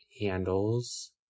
handles